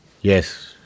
Yes